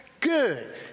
Good